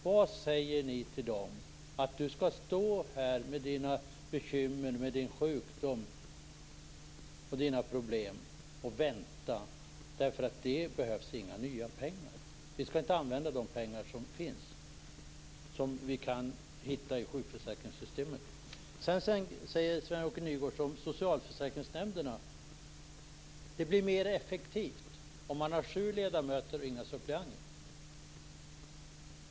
Vad säger ni alltså till dem som skall stå där med sina bekymmer - med sin sjukdom och sina problem - och vänta därför att det inte behövs några nya pengar? Vi skall ju inte använda de pengar som finns, pengar som vi kan hitta i sjukförsäkringssystemet. Nygårds: Det blir mer effektivt med sju ledamöter och inga suppleanter.